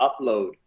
upload